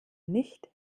nicht